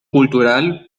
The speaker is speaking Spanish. cultural